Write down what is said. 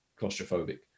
claustrophobic